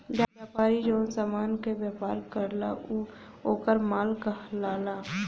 व्यापारी जौन समान क व्यापार करला उ वोकर माल कहलाला